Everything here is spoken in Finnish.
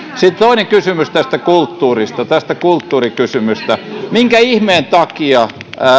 sitten toinen kysymys tästä kulttuurista tästä kulttuurikysymyksestä minkä ihmeen takia